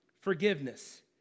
forgiveness